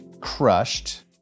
crushed